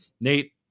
Nate